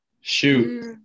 Shoot